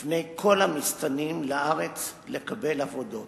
בפני כל המסתננים לארץ לקבל עבודות,